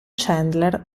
chandler